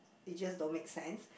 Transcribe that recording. it just don't make sense